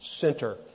Center